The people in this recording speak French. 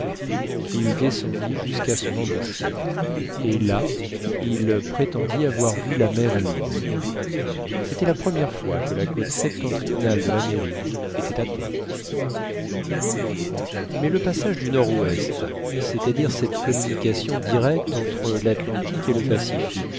qu'il descendit jusqu'à son embouchure et là il prétendit avoir vu la mer libre c'était la première fois que la côte septentrionale de l'amérique était atteinte mais le passage du nord-ouest c'est-à-dire cette communication directe entre l'atlantique et le pacifique